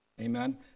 Amen